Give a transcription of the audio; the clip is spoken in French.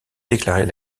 déclarer